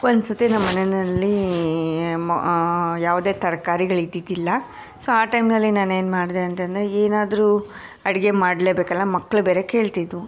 ಒಂದು ಸತಿ ನಮ್ಮ ಮನೆಯಲ್ಲಿ ಯ ಮ ಯಾವುದೇ ತರಕಾರಿಗಳಿದ್ದಿದಿಲ್ಲ ಸೊ ಆ ಟೈಮ್ನಲ್ಲಿ ನಾನೇನು ಮಾಡಿದೆ ಅಂತಂದರೆ ಏನಾದರೂ ಅಡುಗೆ ಮಾಡಲೇಬೇಕಲ್ಲ ಮಕ್ಕಳು ಬೇರೆ ಕೇಳ್ತಿದ್ದವು